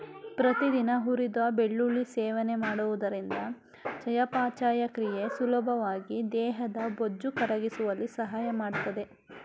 ಪ್ರತಿದಿನ ಹುರಿದ ಬೆಳ್ಳುಳ್ಳಿ ಸೇವನೆ ಮಾಡುವುದರಿಂದ ಚಯಾಪಚಯ ಕ್ರಿಯೆ ಸುಲಭವಾಗಿ ದೇಹದ ಬೊಜ್ಜು ಕರಗಿಸುವಲ್ಲಿ ಸಹಾಯ ಮಾಡ್ತದೆ